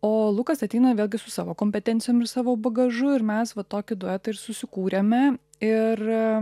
o lukas ateina vėlgi su savo kompetencijom ir savo bagažu ir mes va tokį duetą ir susikūrėme ir